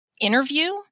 interview